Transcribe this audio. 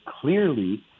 clearly